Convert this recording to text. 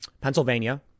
Pennsylvania